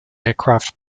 aircraft